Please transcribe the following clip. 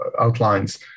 outlines